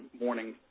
morning